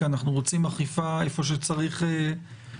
כי אנחנו רוצים אכיפה איפה שצריך לאכוף,